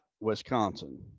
Wisconsin